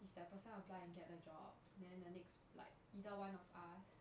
if that person apply and get the job then the next like either one of us